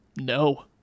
no